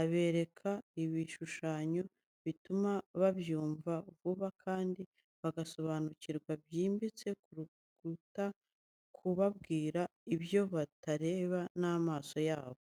abereka ibishushanyo, bituma babyumva vuba kandi bagasobanukirwa byimbitse kuruta kubabwira ibyo batareba n'amaso yabo.